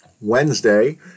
Wednesday